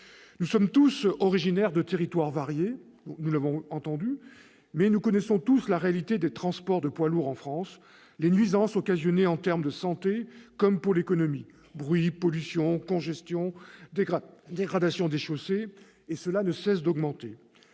Nous sommes tous originaires de territoires variés, mais nous connaissons tous la réalité des transports de poids lourds en France, les nuisances occasionnées au regard de la santé comme de l'économie -le bruit, la pollution, la congestion, la dégradation des chaussées -, qui ne cessent d'augmenter.